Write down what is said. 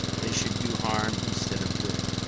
they should do harm instead of good.